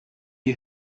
you